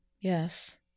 Yes